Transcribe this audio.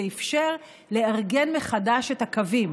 זה אפשר לארגן מחדש את הקווים.